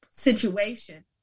situation